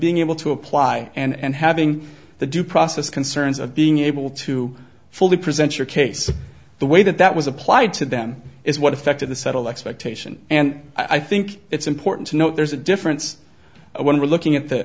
being able to apply and having the due process concerns of being able to fully present your case the way that that was applied to them is what affected the settle expectation and i think it's important to note there's a difference when we're looking at the